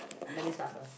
let me start first